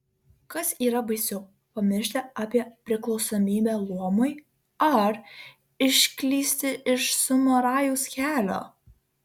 kas yra baisiau pamiršti apie priklausomybę luomui ar išklysti iš samurajaus kelio